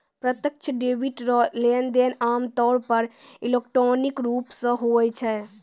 प्रत्यक्ष डेबिट रो लेनदेन आमतौर पर इलेक्ट्रॉनिक रूप से हुवै छै